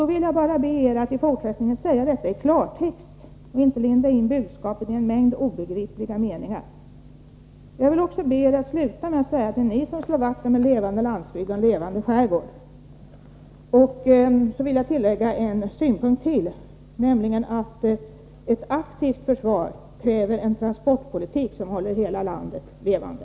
Då vill jag bara be er att i fortsättningen säga det i klartext och inte linda in budskapet i en mängd obegripliga meningar. Jag vill också be er att sluta med att säga att det är ni som slår vakt om en levande landsbygd och en levande skärgård. Sedan vill jag tillägga ytterligare en synpunkt, nämligen att ett aktivt försvar kräver en transportpolitik som håller hela landet levande.